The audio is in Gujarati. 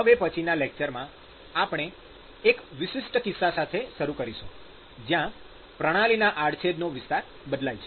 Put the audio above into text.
હવે પછીના લેકચરમાં આપણે એક વિશિષ્ટ કિસ્સા સાથે શરૂ કરીશું જ્યાં પ્રણાલીના આડછેદનો વિસ્તાર બદલાય છે